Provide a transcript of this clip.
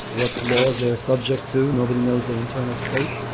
what laws they're a subject to, nobody knows their internal state.